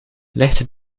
ligt